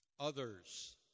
Others